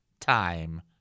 Time